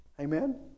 Amen